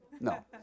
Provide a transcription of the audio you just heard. No